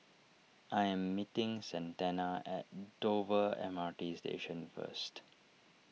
I am meeting Santana at Dover M R T Station first